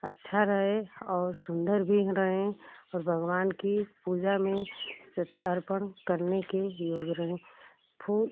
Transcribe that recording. अच्छा रहे और सुंदर भी रहें और भगवान की पूजा में अर्पण करने के योग रहें फूल